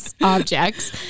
objects